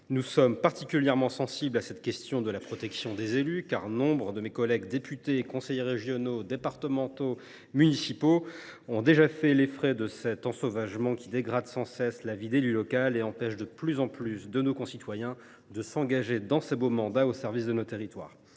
Nous sommes particulièrement sensibles à la question de la protection des élus, car nombre de mes collègues députés, conseillers régionaux, départementaux ou municipaux ont déjà fait les frais de cet ensauvagement, qui dégrade sans cesse la vie d’élu local et empêche de plus en plus nos concitoyens de s’engager dans ces beaux mandats, au service de nos territoires.